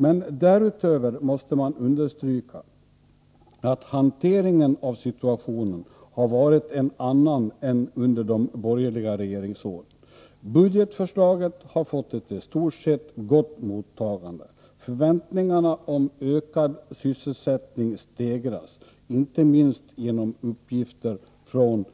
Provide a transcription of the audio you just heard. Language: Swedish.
Men därutöver måste man understryka att hanteringen av situationen har varit en annan än under de borgerliga regeringsåren. Budgetförslaget har fått ett i stort sett gott mottagande. Förväntningarna om ökad sysselsättning stegras, inte minst genom uppgifter från